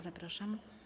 Zapraszam.